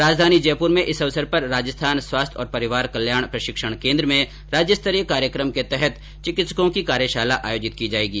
राजधानी जयपुर में इस अवसर पर राजस्थान स्वास्थ्य और परिवार कल्याण प्रशिक्षण केन्द्र में राज्यस्तरीय कार्यक्रम के तहत चिकित्सकों की कार्यशाला आयोजित की जायेगी